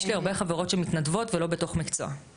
יש לי הרבה חברות שמתנדבות ולא בתוך מקצוע.